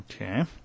Okay